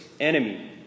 enemy